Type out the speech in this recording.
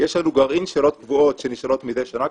יש לנו גרעין שאלות קבועות שנשאלות מדי שנה,